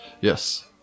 Yes